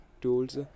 tools